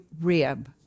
rib